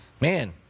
Man